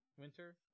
Winter